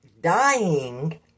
dying